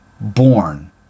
born